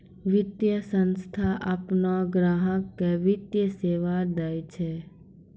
वित्तीय संस्थान आपनो ग्राहक के वित्तीय सेवा दैय छै